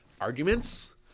arguments